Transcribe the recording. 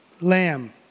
lamb